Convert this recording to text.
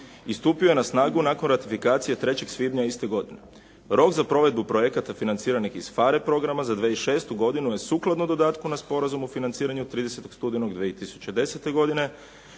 i stupio je na snagu nakon ratifikacije 3. svibnja iste godine. Rok za provedbu projekata financiranih iz PHARE programa za 2006. godinu je sukladno dodatku na Sporazum o financiranju 30. studenog 2010. godine.